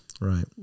right